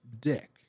Dick